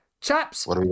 Chaps